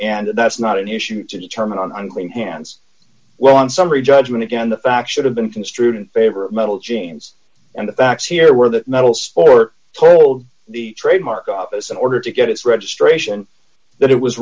and that's not an issue to determine on clean hands well in summary judgment again the fact should have been construed in favor of mental genes and the facts here were the metals or told the trademark office in order to get its registration that it was